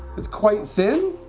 it's quite thin